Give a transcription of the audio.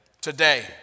Today